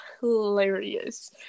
hilarious